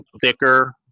thicker